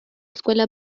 escuela